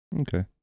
Okay